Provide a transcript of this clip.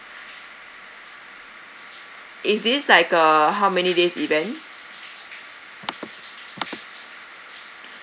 is this like a how many days event